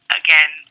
again